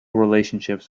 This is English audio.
relationship